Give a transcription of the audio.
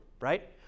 right